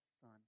son